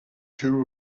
two